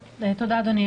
תודה, אדוני.